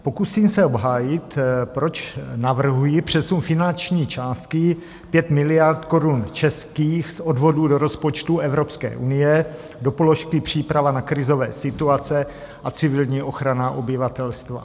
Pokusím se obhájit, proč navrhuji přesun finanční částky 5 miliard korun českých z Odvodů do rozpočtu Evropské unie do položky Příprava na krizové situace a civilní ochrana obyvatelstva.